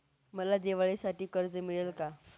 मला दिवाळीसाठी कर्ज मिळेल का?